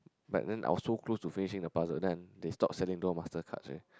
like then I was so close to finishing the puzzle then they stop selling dual master cards already